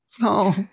no